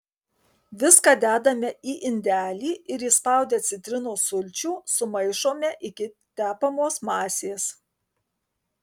viską dedame į indelį ir įspaudę citrinos sulčių sumaišome iki tepamos masės